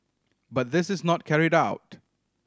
but this is not carried out